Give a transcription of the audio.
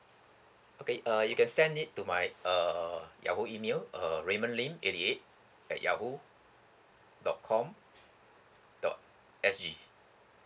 okay uh you can send it to my err yahoo email uh raymond lin eighty eight at yahoo dot com dot S_G